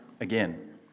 again